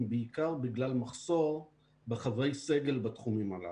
בעיקר בגלל מחסור בחברי סגל בתחומים הללו.